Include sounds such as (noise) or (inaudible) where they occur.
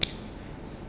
(noise)